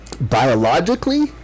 biologically